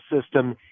system